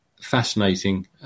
fascinating